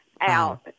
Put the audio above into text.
out